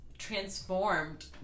Transformed